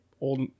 old